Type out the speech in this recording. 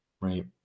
right